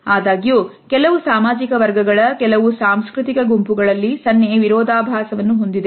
ಆದಾಗ್ಯೂ ಕೆಲವು ಸಾಮಾಜಿಕ ವರ್ಗಗಳ ಕೆಲವು ಸಾಂಸ್ಕೃತಿಕ ಗುಂಪುಗಳಲ್ಲಿ ಸನ್ನೆ ವಿರೋಧಾಭಾಸವನ್ನು ಹೊಂದಿದೆ